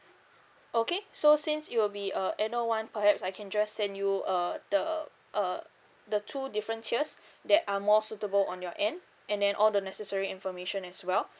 okay so since it'll be a annual one perhaps I can just send you uh the uh the two different tiers that are more suitable on your end and then all the necessary information as well